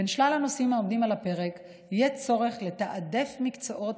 בין שלל הנושאים העומדים על הפרק יהיה צורך לתעדף מקצועות